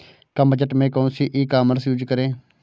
कम budget में कौन सी ई कॉमर्स यूज़ करें?